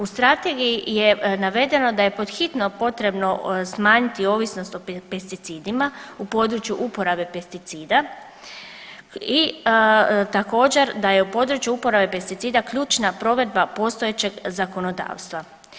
U strategiji je navedeno da je pod hitno potrebno smanjiti ovisnost o pesticidima u području uporabe pesticida i također da je u području uporabe pesticida ključna provedba postojećeg zakonodavstva.